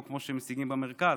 לא כמו שמשיגים במרכז,